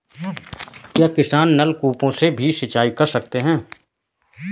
क्या किसान नल कूपों से भी सिंचाई कर सकते हैं?